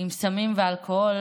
עם סמים ואלכוהול